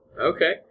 Okay